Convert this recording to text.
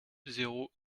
zéro